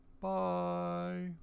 Bye